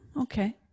okay